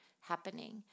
happening